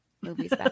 movies